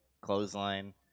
clothesline